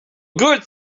good